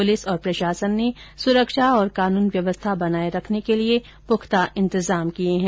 पुर्लिस और प्रशासन ने सुरक्षा और कानून व्यवस्था बनाये रखने के लिए पुख्ता इंतजाम किये है